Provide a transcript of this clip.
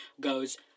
Goes